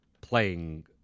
playing